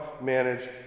manage